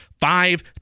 five